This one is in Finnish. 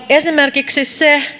esimerkiksi se